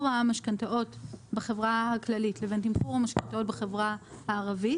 המשכנתאות בחברה הכללית לבין תמחור המשכנתאות בחברה הערבית